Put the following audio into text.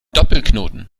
doppelknoten